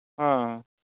ᱦᱚᱸ